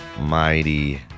Mighty